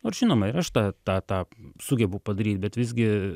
nors žinoma ir aš tą tą tą sugebu padaryt bet visgi